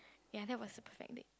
ya that was a perfect date